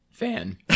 Fan